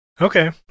Okay